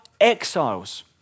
exiles